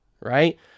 right